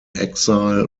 exile